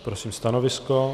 Prosím stanovisko.